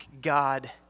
God